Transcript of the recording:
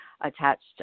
attached